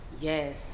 Yes